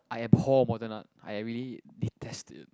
I abhor modern art I really detest it